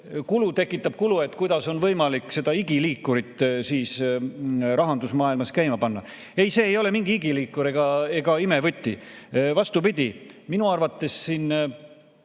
kulu tekitab kulu, et kuidas on võimalik seda igiliikurit rahandusmaailmas käima panna? Ei, see ei ole mingi igiliikur ega imevõti. Vastupidi, minu arvates pool